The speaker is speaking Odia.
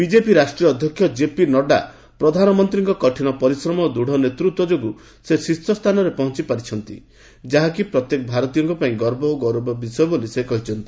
ବିଜେପି ରାଷ୍ଟ୍ରୀୟ ଅଧ୍ୟକ୍ଷ କେପି ନଡ୍ରା ପ୍ରଧାନମନ୍ତ୍ରୀଙ୍କ କଠିନ ପରିଶ୍ରମ ଓ ଦୂଢ଼ ନେତୃତ୍ୱ ଯୋଗୁଁ ସେ ଶୀର୍ଷ ସ୍ଥାନରେ ପହଞ୍ଚଛନ୍ତି ଯାହାକି ପ୍ରତ୍ୟେକ ଭାରତୀୟଙ୍କ ପାଇଁ ଗର୍ବ ଓ ଗୌରବର ବିଷୟ ବୋଲି କହିଛନ୍ତି